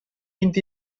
vint